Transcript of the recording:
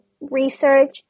research